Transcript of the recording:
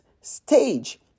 stage